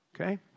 okay